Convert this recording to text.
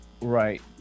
Right